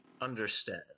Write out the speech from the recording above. understand